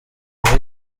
muri